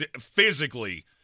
Physically